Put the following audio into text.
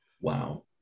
Wow